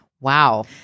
Wow